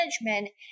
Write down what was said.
management